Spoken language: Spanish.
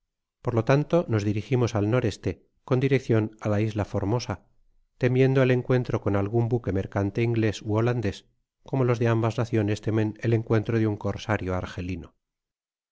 por lo tanto nos dirigimos al n e con direocion á la isla formosa temiendo el encuentro con algun buque mercante inglés ú holandés como los de ambas naciones temen el encuen tro de un corsario argelino